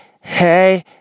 hey